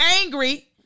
angry